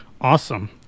Awesome